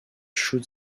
shu